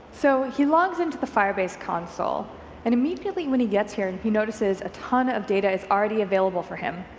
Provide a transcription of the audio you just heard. so he logs into the firebase console and immediately when he gets here, and he notices a ton of data is already available for him,